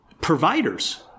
providers